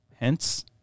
hence